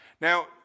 Now